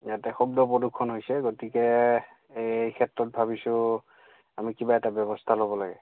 ইয়াতে শব্দ প্ৰদূষণ হৈছে গতিকে এই ক্ষেত্ৰত ভাবিছোঁ আমি কিবা এটা ব্যৱস্থা ল'ব লাগে